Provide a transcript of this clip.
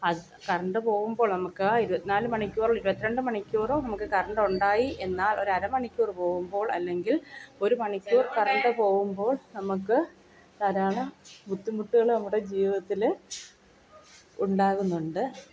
അത് കറണ്ട് പോകുമ്പോൾ നമുക്ക് ആ ഇരുപത്തി നാല് മണിക്കൂറിൽ ഇരുപത്തി രണ്ട് മണിക്കൂറും നമുക്ക് കറണ്ടൊണ്ടായി എന്നാൽ ഒരു അരമണിക്കൂർ പോകുമ്പോൾ അല്ലെങ്കിൽ ഒരു മണിക്കൂർ കറൻറ്റ് പോകുമ്പോൾ നമുക്ക് ധാരാളം ബുദ്ധിമുട്ടുകൾ നമ്മുടെ ജീവിതത്തിൽ ഉണ്ടാകുന്നുണ്ട്